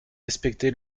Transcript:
respecté